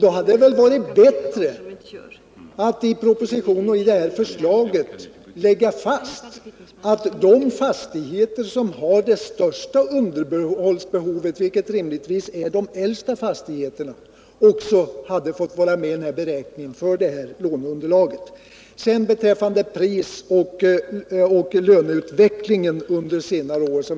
Då hade det väl varit bättre att i propositionen och i förslaget slå fast att de fastigheter som har de största underhållskostnaderna, vilket rimligtvis är de äldsta fastigheterna, skall vara med i beräkningen för detta låneunderlag. Wilhelm Gustafsson berörde prisoch löneutvecklingen under senare år.